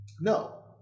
No